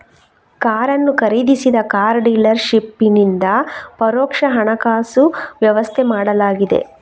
ಕಾರನ್ನು ಖರೀದಿಸಿದ car dealer ಶಿಪ್ಪಿನಿಂದ ಪರೋಕ್ಷ ಹಣಕಾಸು ವ್ಯವಸ್ಥೆ ಮಾಡಲಾಗಿದೆ